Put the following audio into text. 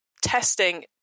testing